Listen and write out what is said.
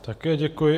Také děkuji.